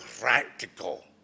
practical